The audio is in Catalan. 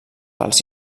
pels